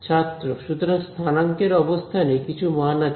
ছাত্র সুতরাং স্থানাঙ্কের অবস্থানে কিছু মান আছে